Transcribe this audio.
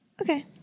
Okay